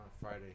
Friday